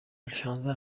شانزده